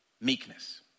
meekness